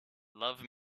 love